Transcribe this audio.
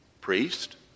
priest